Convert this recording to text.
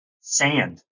sand